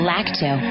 Lacto